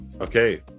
okay